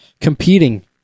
competing